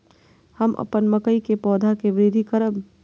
हम अपन मकई के पौधा के वृद्धि करब?